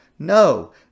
No